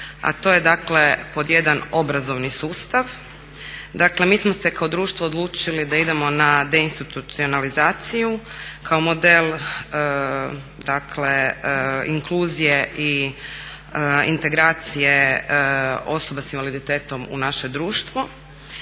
a to je dakle pod 1) obrazovni sustav. Dakle, mi smo se kao društvo odlučili da idemo na deinstitucionalizaciju kao model dakle inkluzije i integracije osoba s invaliditetom u naše društvo,